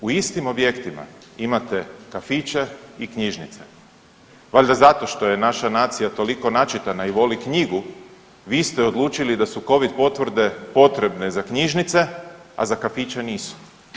U istim objektima imate kafiće i knjižnice, valjda zato što je naša nacija toliko načitana i voli knjigu vi ste odlučili da su covid potvrde potrebne za knjižnice, a za kafiće nisu.